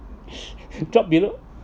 drop below